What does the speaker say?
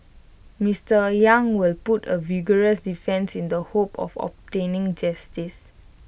Mister yang will put A vigorous defence in the hope of obtaining justice